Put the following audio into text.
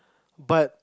but